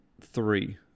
three